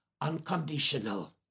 unconditional